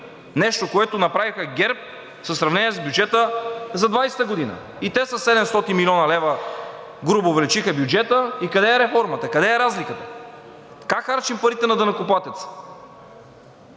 нещо, което направиха ГЕРБ със сравнение с бюджета за 2020 г., и те със 700 млн. лв., грубо, увеличиха бюджета. И къде е реформата, къде е разликата? Как харчим парите на данъкоплатеца?